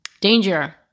danger